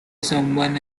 someone